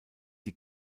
die